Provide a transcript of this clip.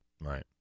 Right